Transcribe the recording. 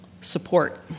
Support